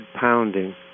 pounding